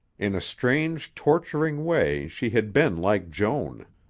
in a strange, torturing way she had been like joan.